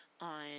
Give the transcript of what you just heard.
on